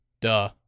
Duh